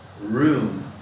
room